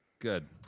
Good